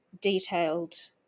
detailed